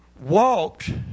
walked